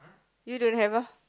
you don't have ah